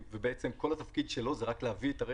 כל התפקיד שלו הוא רק להביא את הרכב.